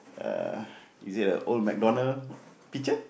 uh is it a old MacDonald picture